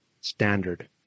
standard